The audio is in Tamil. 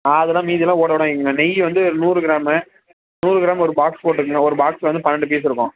அதெல்லாம் மீதியெல்லாம் ஓட ஓட வாங்கிக்கங்க நெய் வந்து ஒரு நூறு கிராமு நூறு கிராமு ஒரு பாக்ஸ் போட்டுக்கங்க ஒரு பாக்ஸ்சில் வந்து பன்னெண்டு பீஸ் இருக்கும்